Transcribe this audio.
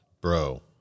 bro